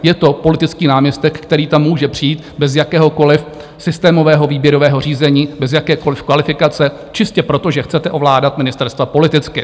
Je to politický náměstek, který tam může přijít bez jakéhokoliv systémového výběrového řízení, bez jakékoliv kvalifikace, čistě proto, že chcete ovládat ministerstva politicky.